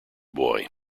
boy